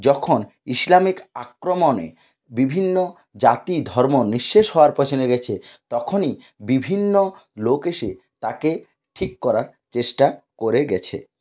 যখন ইসলামিক আক্রমণে বিভিন্ন জাতি ধর্ম নিঃশেষ হওয়ার প্রশ্ন জেগেছে তখনই বিভিন্ন লোক এসে তাকে ঠিক করার চেষ্টা করে গেছে